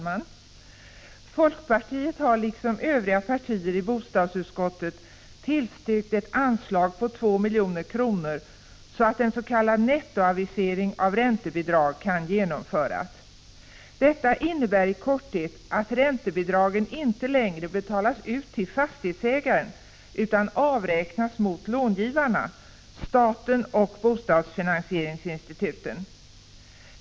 Herr talman! Folkpartiet har liksom övriga partier i bostadsutskottet tillstyrkt ett anslag på 2 milj.kr., så att en s.k. nettoavisering av räntebidrag kan genomföras. Detta innebär i korthet att räntebidragen inte längre betalas ut till fastighetsägaren utan avräknas mot långivarna — staten och bostadsfinansieringsinstituten.